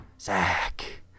zach